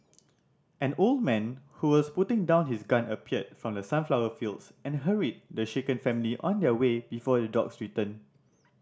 an old man who was putting down his gun appeared from the sunflower fields and hurried the shaken family on their way before the dogs return